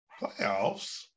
playoffs